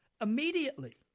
immediately